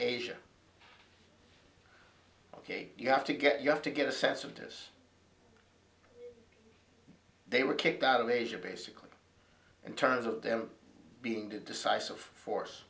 asia ok you have to get you have to get a sense of this they were kicked out of asia basically in terms of them being the decisive